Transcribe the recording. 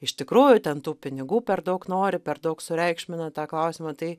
iš tikrųjų ten tų pinigų per daug nori per daug sureikšmina tą klausimą tai